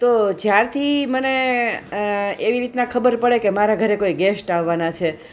તો જ્યારથી મને એવી રીતના ખબર પડે કે મારા ઘરે કોઈ ગેસ્ટ આવવાના છે